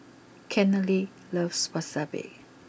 Kennedy loves Wasabi